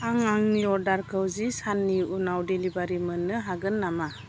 आं आंनि अर्डारखौ जि साननि उनाव डिलिभारि मोन्नो हागोन नामा